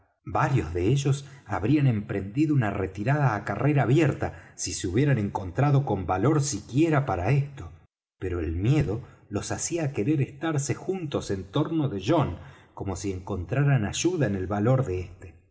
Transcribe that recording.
varios de ellos habrían emprendido una retirada á carrera abierta si se hubieran encontrado con valor siquiera para esto pero el miedo los hacía querer estarse juntos en torno de john como si encontraran ayuda en el valor de éste